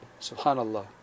Subhanallah